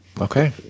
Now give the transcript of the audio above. Okay